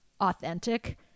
authentic